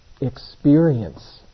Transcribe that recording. experience